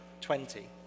twenty